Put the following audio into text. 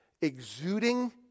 exuding